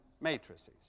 matrices